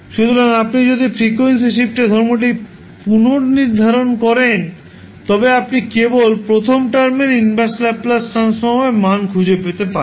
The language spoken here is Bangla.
সুতরাং আপনি যদি ফ্রিকোয়েন্সি শিফ্টের ধর্মটি পুনঃনির্ধারণ করেন তবে আপনি কেবল প্রথম টার্মের ইনভার্স ল্যাপ্লাস ট্রান্সফর্মের মান খুঁজে পেতে পারেন